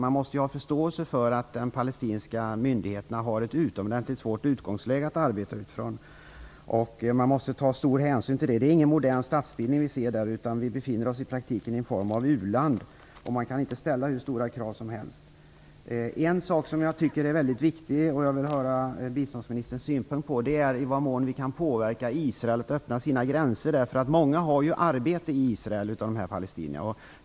Man måste ju ha förståelse för att de palestinska myndigheterna har ett utomordentligt svårt utgångsläge att arbeta utifrån, och man måste ta stor hänsyn till det. Det är inte fråga om någon modern statsbildning, utan i praktiken en form av u-land, och man kan därför inte ställa hur höga krav som helst. En fråga som jag tycker är väldigt viktig och som jag vill höra biståndsministerns synpunkt på är i vad mån vi kan påverka Israel att öppna sina gränser. Många av palestinierna i det här området har ju arbete i Israel.